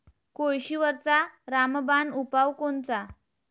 कोळशीवरचा रामबान उपाव कोनचा?